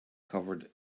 covered